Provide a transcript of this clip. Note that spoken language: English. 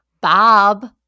Bob